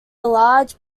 large